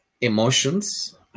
emotions